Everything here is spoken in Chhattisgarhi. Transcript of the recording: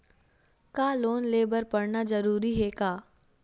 का लोन ले बर पढ़ना जरूरी हे का?